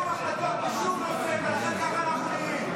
--- לא מקבלת שום החלטות בשום נושא ולכן ככה אנחנו נראים.